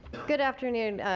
good afternoon,